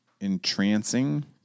entrancing